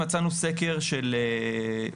מצאנו סקר מ-2015,